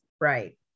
right